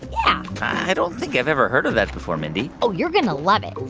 yeah i don't think i've ever heard of that before, mindy oh, you're going to love it.